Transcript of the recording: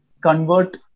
convert